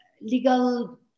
legal